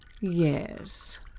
Yes